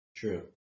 True